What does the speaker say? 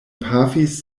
pafis